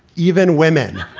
even women